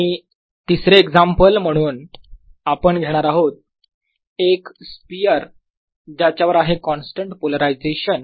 आणि तिसरे एक्झाम्पल म्हणून आपण घेणार आहोत एक स्पियर ज्याच्यावर आहे कॉन्स्टंट पोलरायझेशन